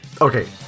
Okay